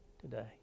today